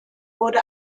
wurde